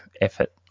effort